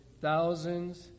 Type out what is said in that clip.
thousands